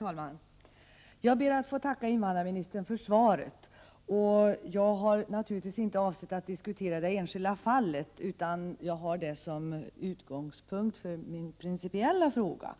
Herr talman! Jag ber att få tacka invandrarministern för svaret. Naturligtvis har jag inte avsett att diskutera det enskilda fallet, utan har det som utgångspunkt för min principiella fråga.